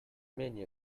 menu